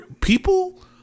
People